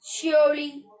Surely